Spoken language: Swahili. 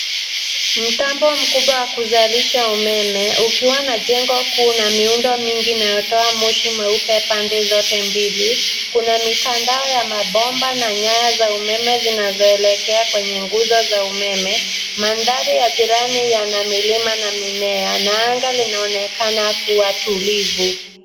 Mtambo mkubwa wa kuzalisha umeme ukiwa na jengo kuu na miundo mingi inayotoa moshi mweupe pande zote mbili. Kuna mitandao ya mabomba na nyaya za umeme zinazoelekea kwenye nguzo za umeme. Mandhari ya jirani yana milima na mimea na anga linaonekana kuwa tulivu.